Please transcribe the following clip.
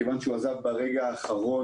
מכיוון שהוא עזב ברגע האחרון,